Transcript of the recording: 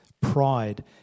Pride